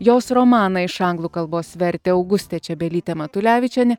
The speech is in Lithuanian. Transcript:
jos romaną iš anglų kalbos vertė augustė čebelytė matulevičienė